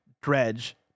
Dredge